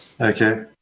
Okay